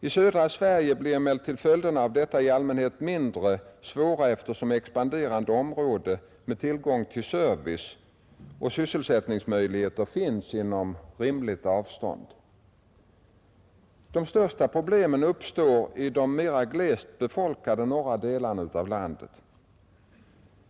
I södra Sverige blir emellertid följderna av detta i allmänhet mindre svåra, eftersom expanderande områden med tillgång till service och sysselsättningsmöjligheter finns inom rimliga avstånd. De största problemen uppstår i de mera glest befolkade norra delarna av landet.